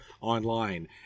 online